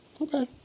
Okay